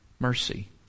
mercy